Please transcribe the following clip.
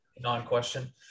non-question